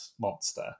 monster